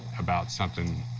about something,